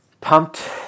pumped